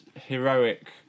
heroic